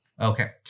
Okay